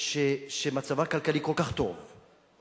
שמצבה הכלכלי כל כך טוב